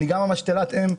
אני גם משתלת האם,